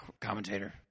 commentator